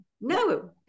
No